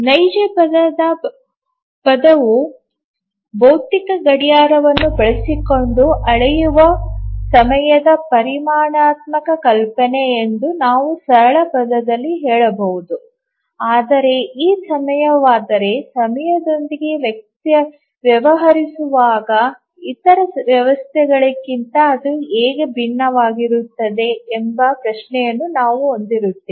ನೈಜ ಪದವು ಭೌತಿಕ ಗಡಿಯಾರವನ್ನು ಬಳಸಿಕೊಂಡು ಅಳೆಯುವ ಸಮಯದ ಪರಿಮಾಣಾತ್ಮಕ ಕಲ್ಪನೆ ಎಂದು ನಾವು ಸರಳ ಪದದಲ್ಲಿ ಹೇಳಬಹುದು ಆದರೆ ಈ ಸಮಯವಾದರೆ ಸಮಯದೊಂದಿಗೆ ವ್ಯವಹರಿಸುವಾಗ ಇತರ ವ್ಯವಸ್ಥೆಗಳಿಗಿಂತ ಅದು ಹೇಗೆ ಭಿನ್ನವಾಗಿರುತ್ತದೆ ಎಂಬ ಪ್ರಶ್ನೆಯನ್ನು ನಾವು ಹೊಂದಿರುತ್ತೇವೆ